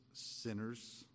Sinners